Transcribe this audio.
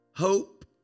Hope